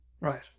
Right